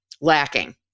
lacking